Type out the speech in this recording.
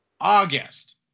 August